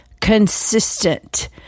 consistent